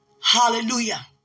Hallelujah